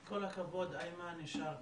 כל הכבוד, איימן, יישר כוח,